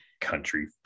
Country